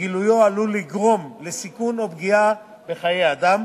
וגילויו עלול לגרום לסיכון או לפגיעה בחיי אדם,